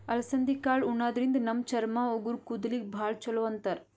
ಅಲಸಂದಿ ಕಾಳ್ ಉಣಾದ್ರಿನ್ದ ನಮ್ ಚರ್ಮ, ಉಗುರ್, ಕೂದಲಿಗ್ ಭಾಳ್ ಛಲೋ ಅಂತಾರ್